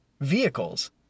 vehicles